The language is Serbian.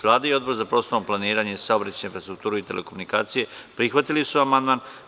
Vlada i Odbor za prostorno planiranje, saobraćaj, infrastrukturu i telekomunikacije prihvatili su amandman.